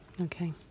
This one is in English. Okay